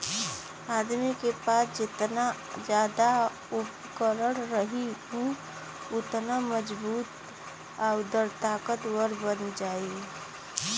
आदमी के पास जेतना जादा उपकरण रही उ ओतने मजबूत आउर ताकतवर बन जाई